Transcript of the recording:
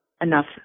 enough